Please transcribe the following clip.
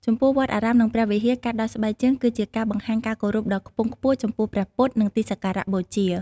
ចំពោះវត្តអារាមនិងព្រះវិហារ ការដោះស្បែកជើងគឺជាការបង្ហាញការគោរពដ៏ខ្ពង់ខ្ពស់ចំពោះព្រះពុទ្ធ និងទីសក្ការៈបូជា។